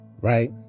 right